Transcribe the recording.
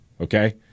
Okay